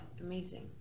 Amazing